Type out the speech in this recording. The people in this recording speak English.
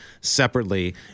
separately